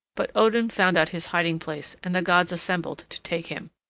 but odin found out his hiding place and the gods assembled to take him.